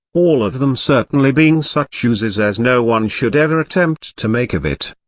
all of them certainly being such uses as no one should ever attempt to make of it.